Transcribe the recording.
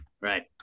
Right